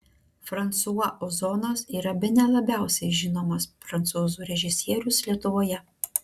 fransua ozonas yra bene labiausiai žinomas prancūzų režisierius lietuvoje